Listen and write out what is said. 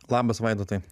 labas vaidotai